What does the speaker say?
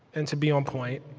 and to be on-point,